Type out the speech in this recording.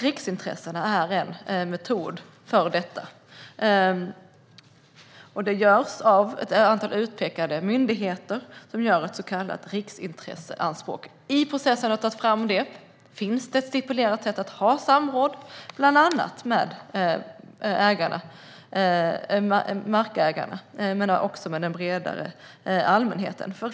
Riksintressena är en metod för detta, och avvägningen görs av ett antal utpekade myndigheter som gör ett så kallat riksintresseanspråk. I processen för att ta fram detta finns det ett stipulerat sätt att ha samråd med bland annat markägarna och även den bredare allmänheten.